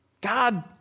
God